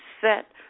set